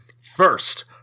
First